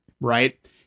right